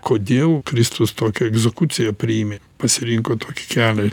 kodėl kristus tokią egzekuciją priėmė pasirinko tokį kelią